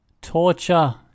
torture